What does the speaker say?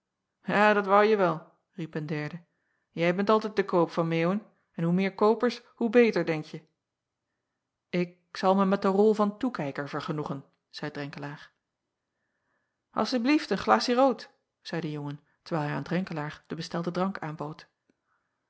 a dat wouje wel riep een derde jij bent altijd te koop an eeuwen en hoe meer koopers hoe beter denkje k zal mij met de rol van toekijker vergenoegen zeî renkelaer ssieblieft een glaassie rood zeî de jongen terwijl hij aan renkelaer den bestelden drank aanbood